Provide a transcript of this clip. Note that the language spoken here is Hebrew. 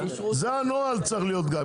זה הנוהל צריך להיות גם,